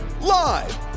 Live